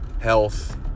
health